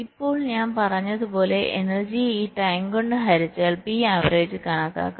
ഇപ്പോൾ ഞാൻ പറഞ്ഞതുപോലെ എനർജിയെ ഈ ടൈം T കൊണ്ട് ഹരിച്ചാൽ P ആവറേജ് കണക്കാക്കാം